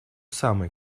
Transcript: самый